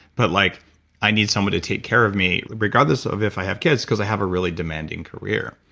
but like i need someone to take care of me regardless of if i have kids because i have a really demanding career.